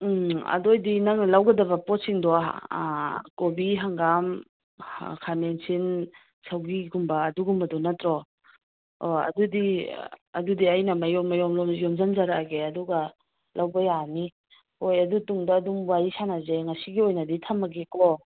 ꯎꯝ ꯑꯗꯨ ꯑꯣꯏꯗꯤ ꯅꯪꯅ ꯂꯧꯒꯗꯕ ꯄꯣꯠꯁꯤꯡꯗꯣ ꯀꯣꯕꯤ ꯍꯪꯒꯥꯝ ꯈꯥꯃꯦꯟꯁꯤꯟ ꯁꯧꯒ꯭ꯔꯤꯒꯨꯝꯕ ꯑꯗꯨꯒꯨꯝꯕꯗꯨ ꯅꯠꯇ꯭ꯔꯣ ꯑꯣ ꯑꯗꯨꯗꯤ ꯑꯗꯨꯗꯤ ꯑꯩꯅ ꯃꯌꯣꯝ ꯃꯌꯣꯝ ꯌꯣꯝꯁꯤꯟꯖꯔꯛꯑꯒꯦ ꯑꯗꯨꯒ ꯂꯧꯕ ꯌꯥꯔꯅꯤ ꯍꯣꯏ ꯑꯗꯨ ꯇꯨꯡꯗ ꯑꯗꯨꯝ ꯋꯥꯔꯤ ꯁꯥꯟꯅꯁꯦ ꯉꯁꯤꯒꯤ ꯑꯣꯏꯅꯗꯤ ꯊꯝꯃꯒꯦꯀꯣ